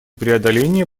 преодоления